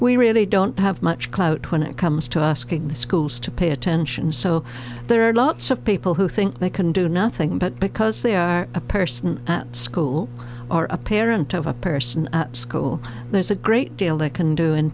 we really don't have much clout when it comes to asking the schools to pay attention so there are lots of people who think they can do nothing but because they are a person at school or a parent of a person school there's a great deal they can do in